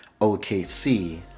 OKC